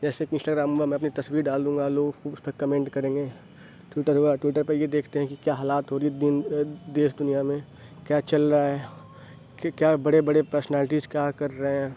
جیسے اپنی انسٹاگرام میں میں اپنی تصویر ڈال دوں گا لوگ اس پہ کمنٹ کریں گے ٹویٹر ہوا ٹویٹر پہ یہ دیکھتے ہیں کہ کیا حالات ہو رہی ہے دیش دنیا میں کیا چل رہا ہے کہ کیا بڑے بڑے پرسنالٹیز کیا کر رہے ہیں